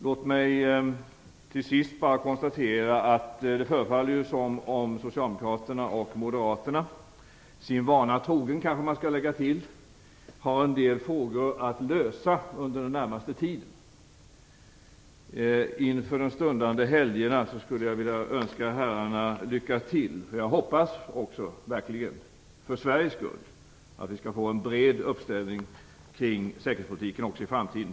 Låt mig till sist bara konstatera att det förefaller som om Socialdemokraterna och Moderaterna sin vana trogen har en del frågor att lösa under den närmaste tiden. Inför de stundande helgerna skulle jag vilja önska herrarna lycka till. Jag hoppas verkligen för Sveriges skull att vi skall få en bred uppslutning kring säkerhetspolitiken även i framtiden.